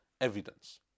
evidence